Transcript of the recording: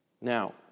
Now